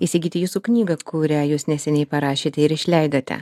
įsigyti jūsų knygą kurią jūs neseniai parašėt ir išleidote